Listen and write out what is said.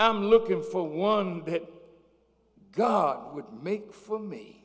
i'm looking for one god would make for me